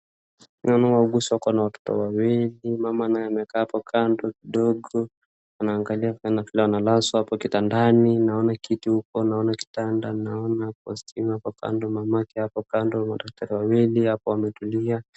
Naona wauguzi wako na watoto wawili, mama naye amekaa hapo kando ndogo anangalia kana analazwa hapo kitandani. Naona kiti huku ,naona kitanda, naona kwa stima hapo kando naona, mama kando watoto wawili wametulia.